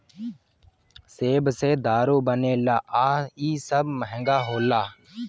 सेब से दारू बनेला आ इ सब महंगा होला